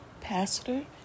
pastor